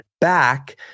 back